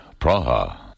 Praha